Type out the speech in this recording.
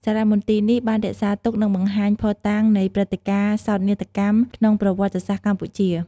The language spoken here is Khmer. សារមន្ទីរនេះបានរក្សាទុក និងបង្ហាញភស្តុតាងនៃព្រឹត្តការណ៍សោកនាដកម្មក្នុងប្រវត្តិសាស្ត្រកម្ពុជា។